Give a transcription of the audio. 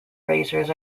racers